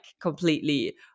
completely